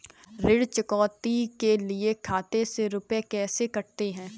ऋण चुकौती के लिए खाते से रुपये कैसे कटते हैं?